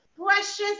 precious